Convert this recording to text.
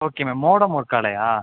okay ma'am modem work ஆகலயா